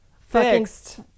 fixed